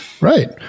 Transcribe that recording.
Right